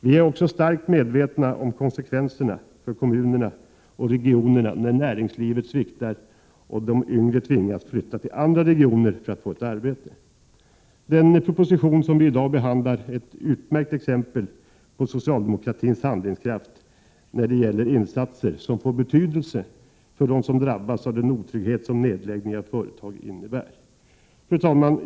Vi är också starkt medvetna om konsekvenserna för kommunerna och regionerna när näringslivet sviktar och de yngre tvingas flytta till andra regioner för att få ett arbete. Den proposition som vi i dag behandlar är ett utmärkt exempel på socialdemokratins handlingskraft när det gäller insatser som får betydelse för dem som drabbas av den otrygghet som nedläggning av ett företag innebär. Herr talman!